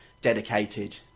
dedicated